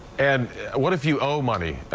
and what if you owe money,